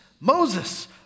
Moses